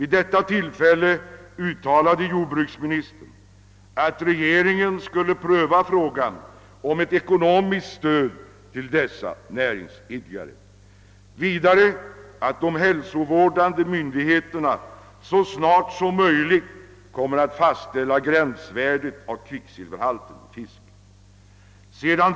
Den gången uttalade jordbruksministern, att regeringen skulle pröva frågan om ett ekonomiskt stöd till dessa näringsidkare och vidare att de hälsovårdande myndigheterna så snart som möjligt skulle komma att fastställa gränsvärdet för kvicksilverhalten i fisk.